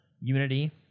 Unity